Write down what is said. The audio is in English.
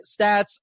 stats